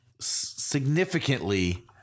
significantly